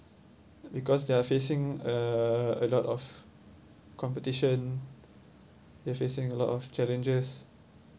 because they are facing uh a lot of competition they're facing a lot of challenges